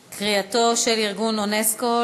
בעד, 7, אין נמנעים ואין מתנגדים.